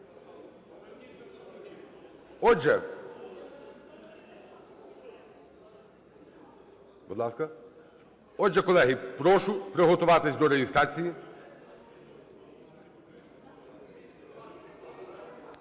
Отже, колеги, прошу приготуватись до реєстрації